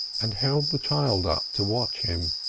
and held the child up to watch him.